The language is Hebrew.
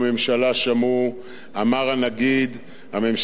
אמר הנגיד, הממשלה התנהלה באחריות,